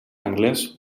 anglès